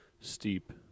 steep